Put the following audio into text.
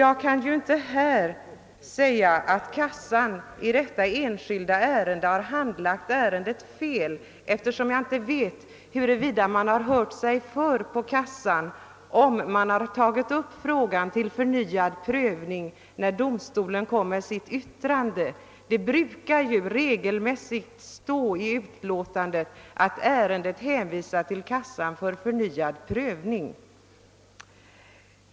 Jag kan inte här göra gällande att försäkringskassan handlagt detta enskilda ärende felaktigt, eftersom jag inte vet huruvida man hört sig för på kassan om denna har tagit upp frågan till förnyad prövning sedan domstolen avgivit sitt yttrande. Det brukar ju regelmässigt stå i detta att ärendet hänvisas till kassan för förnyad prövning.